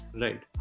Right